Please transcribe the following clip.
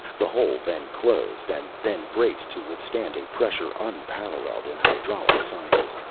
the hole then closed, and then braced to withstand a pressure unparalleled in hydraulic science.